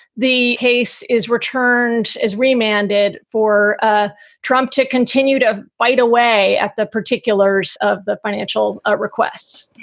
the case is returned as remanded for ah trump to continue to fight away at the particulars of the financial requests